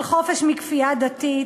על חופש מכפייה דתית,